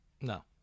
no